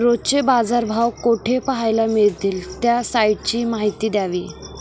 रोजचे बाजारभाव कोठे पहायला मिळतील? त्या साईटची माहिती द्यावी